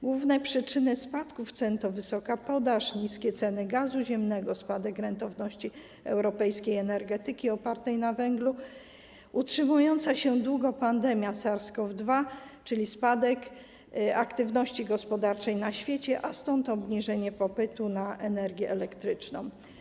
Główne przyczyny spadków cen to wysoka podaż, niskie ceny gazu ziemnego, spadek rentowności europejskiej energetyki opartej na węglu, utrzymująca się długo pandemia SARS-CoV-2, czyli spadek aktywności gospodarczej na świecie, a stąd obniżenie popytu na energię elektryczną.